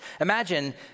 Imagine